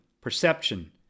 perception